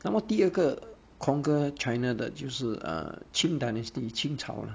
那么第二个 conquer china 的就是 uh qing dynasty 清朝 lah